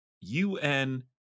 UN